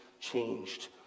changed